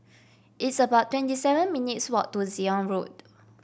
it's about twenty seven minutes' walk to Zion Road